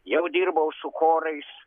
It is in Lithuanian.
jau dirbau su chorais